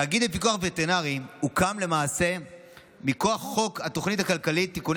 התאגיד לפיקוח וטרינרי הוקם למעשה מכוח חוק התוכנית הכלכלית (תיקוני